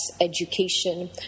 education